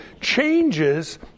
changes